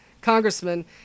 congressman